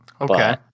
Okay